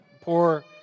poor